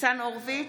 ניצן הורוביץ,